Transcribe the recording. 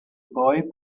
boy